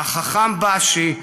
והחכם באשי",